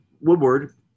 Woodward